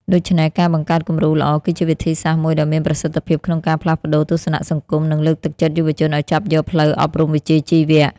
ដូច្នេះ ការបង្កើតគំរូល្អគឺជាវិធីសាស្ត្រមួយដ៏មានប្រសិទ្ធភាពក្នុងការផ្លាស់ប្តូរទស្សនៈសង្គម និងលើកទឹកចិត្តយុវជនឱ្យចាប់យកផ្លូវអប់រំវិជ្ជាជីវៈ។